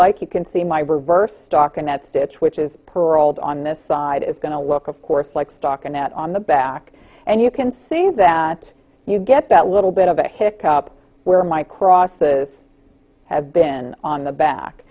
like you can see my reverse stockinette stitch which is pearled on this side is going to look of course like stockinette on the back and you can see that you get that little bit of a hick up where my crosses have been on the back